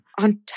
On